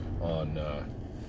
on